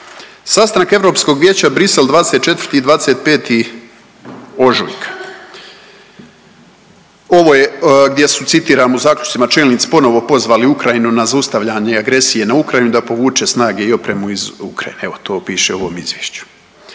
Sastanak Europskog vijeća Bruxelles 24. i 25. ožujka. Ovo je gdje su citiram u zaključcima čelnici ponovo pozvali Ukrajinu na zaustavljanje agresije na Ukrajinu da povuče snage i opremu iz Ukrajine, evo to piše u ovom izvješću.